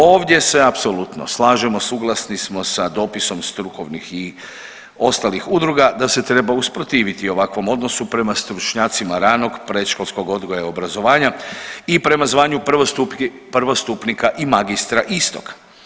Ovdje se apsolutno slažemo, suglasni smo sa dopisom strukovnih i ostalih u druga da se treba usprotiviti ovakvom odnosu prema stručnjacima ranog, predškolskog odgoja i obrazovanja i prema zvanju prvostupnika i magistra istog.